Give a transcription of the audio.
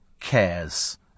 cares